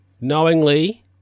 knowingly